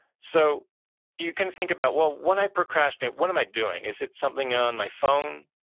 so you can think about well, when i procrastinate, what am i doing? is it something on my phone?